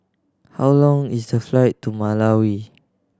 how long is the flight to Malawi